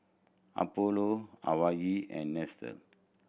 Apollo Huawei and Nestle